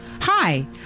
Hi